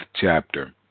chapter